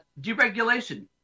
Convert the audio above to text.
Deregulation